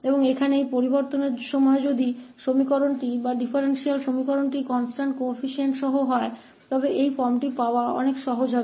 और यहाँ इस संक्रमण के दौरान यदि समीकरण था या अवकल समीकरण स्थिर गुणांक के साथ था तो इस रूप को प्राप्त करना बहुत आसान था